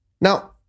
Now